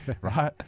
Right